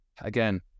again